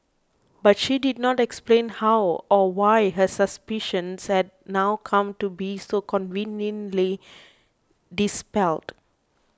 but she did not explain how or why her suspicions had now come to be so conveniently dispelled